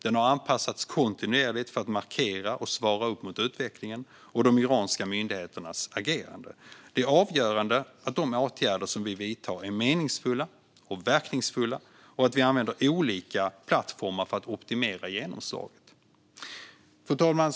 Den har anpassats kontinuerligt för att markera och svara upp mot utvecklingen och de iranska myndigheternas agerande. Det är avgörande att de åtgärder som vi vidtar är meningsfulla och verkningsfulla och att vi använder olika plattformar för att optimera genomslaget. Fru talman!